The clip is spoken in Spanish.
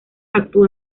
actuó